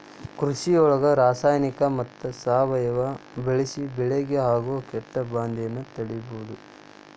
ಕೃಷಿಯೊಳಗ ರಾಸಾಯನಿಕ ಮತ್ತ ಸಾವಯವ ಬಳಿಸಿ ಬೆಳಿಗೆ ಆಗೋ ಕೇಟಭಾದೆಯನ್ನ ತಡೇಬೋದು